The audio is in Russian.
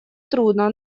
трудно